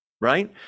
right